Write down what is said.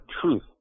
truth